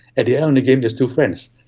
and the ah and game is two friends,